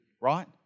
right